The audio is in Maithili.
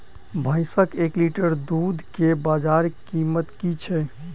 भैंसक एक लीटर दुध केँ बजार कीमत की छै?